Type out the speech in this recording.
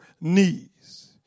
knees